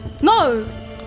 No